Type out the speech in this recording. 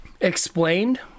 explained